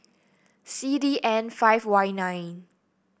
C D N five Y nine